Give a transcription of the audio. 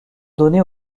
donner